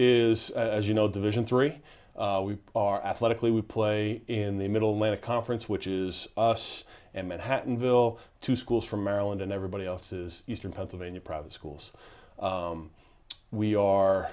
is as you know division three we are athletically would play in the middle when a conference which is us and manhattanville two schools from maryland and everybody else's eastern pennsylvania private schools we are